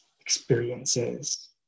experiences